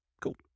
Cool